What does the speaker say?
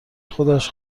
خودش